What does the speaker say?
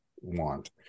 want